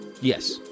Yes